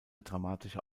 dramatische